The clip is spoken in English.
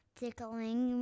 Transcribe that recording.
tickling